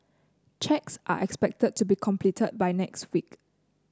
checks are expected to be completed by next week